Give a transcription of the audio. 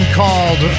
called